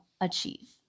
achieve